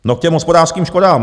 K těm hospodářským škodám.